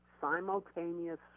Simultaneous